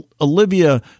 olivia